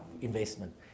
investment